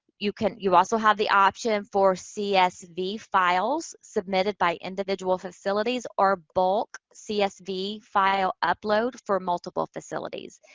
you can, you'll also have the option for csv files submitted by individual facilities, or bulk csv file upload for multiple facilities.